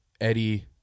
Eddie